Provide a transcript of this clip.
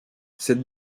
cette